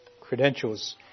credentials